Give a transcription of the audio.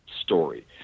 story